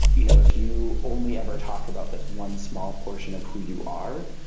you know, if you only ever talk about this one small portion of who you are.